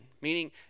meaning